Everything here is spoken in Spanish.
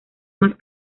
más